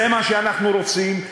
זה מה שאנחנו רוצים,